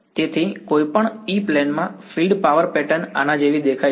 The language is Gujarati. તેથી કોઈપણ E પ્લેન માં ફિલ્ડ પાવર પેટર્ન આના જેવી દેખાય છે